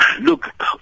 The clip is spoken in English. Look